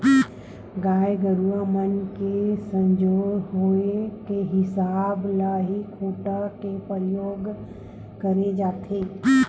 गाय गरुवा मन के सजोर होय के हिसाब ले ही खूटा के परियोग करे जाथे